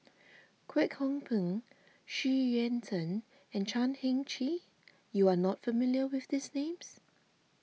Kwek Hong Png Xu Yuan Zhen and Chan Heng Chee you are not familiar with these names